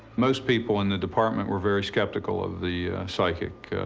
most people in the department were very skeptical of the psychic.